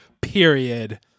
period